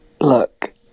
Look